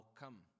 come